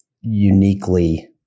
uniquely